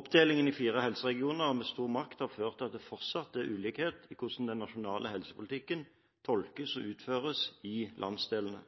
Oppdelingen i fire helseregioner med stor makt har ført til at det fortsatt er ulikheter i hvordan den nasjonale helsepolitikken tolkes og praktiseres i landsdelene.